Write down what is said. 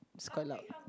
it's quite loud